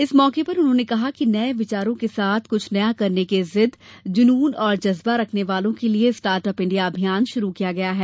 इस मौके पर उन्होंने कहा कि नये विचारों के साथ कुछ नया करने की जिद जुनून और जज्बा रखने वालों के लिये स्टार्टअप इण्डिया अभियान शुरू किया गया है